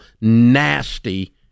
nasty